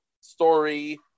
story